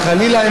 חלילה,